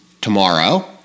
tomorrow